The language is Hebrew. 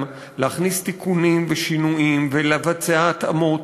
להכניס תיקונים ושינויים ולבצע התאמות.